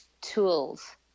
tools